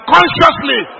Consciously